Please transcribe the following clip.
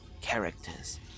characters